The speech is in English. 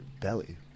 belly